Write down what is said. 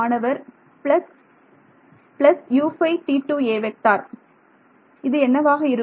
மாணவர் plus U5T2a இது என்னவாக இருக்கும்